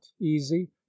easy